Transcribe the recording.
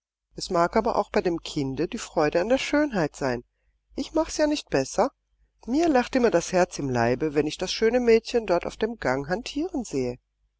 es mag aber auch bei dem kinde die freude an der schönheit sein ich mach's ja nicht besser mir lacht immer das herz im leibe wenn ich das schöne mädchen dort auf dem gange hantieren sehe